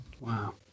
Wow